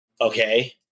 okay